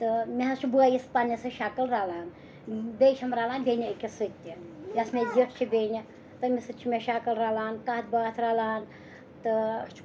تہٕ مےٚ حظ چھُ بأیِس پنٛنِس سۭتۍ شَکٕل رَلان بیٚیہِ چھَم رَلان بیٚنہِ أکِس سۭتۍ تہِ یَس مےٚ زِٹھ چھِ بیٚنہِ تٔمِس سۭتۍ چھِ مےٚ شَکٕل رَلان کَتھ باتھ رَلان تہٕ